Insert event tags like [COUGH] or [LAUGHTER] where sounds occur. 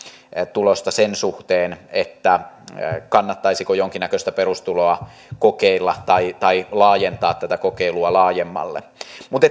tulosta sen suhteen kannattaisiko jonkinnäköistä perustuloa kokeilla tai tai laajentaa tätä kokeilua laajemmalle mutta [UNINTELLIGIBLE]